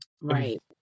Right